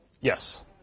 Yes